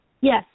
Yes